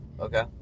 Okay